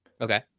Okay